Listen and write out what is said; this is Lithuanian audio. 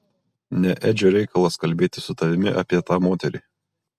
ne edžio reikalas kalbėti su tavimi apie tą moterį